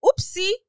oopsie